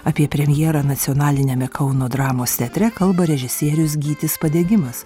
apie premjerą nacionaliniame kauno dramos teatre kalba režisierius gytis padegimas